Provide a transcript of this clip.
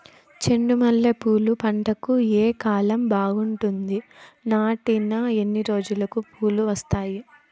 చెండు మల్లె పూలు పంట కి ఏ కాలం బాగుంటుంది నాటిన ఎన్ని రోజులకు పూలు వస్తాయి